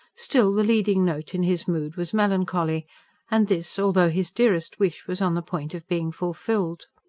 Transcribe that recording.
still, the leading-note in his mood was melancholy and this, although his dearest wish was on the point of being fulfilled.